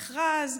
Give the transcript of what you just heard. של מכרז,